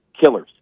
killers